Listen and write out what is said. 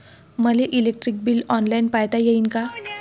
मले electric bill online पायता येईन का?